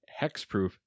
hexproof